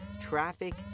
Traffic